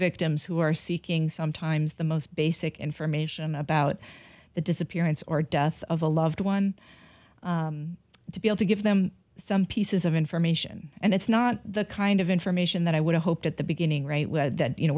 victims who are seeking sometimes the most basic information about the disappearance or death of a loved one to be able to give them some pieces of information and it's not the kind of information that i would hope at the beginning right with that you know